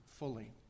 fully